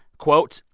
quote,